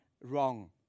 wrong